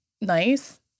nice